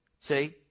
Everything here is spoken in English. see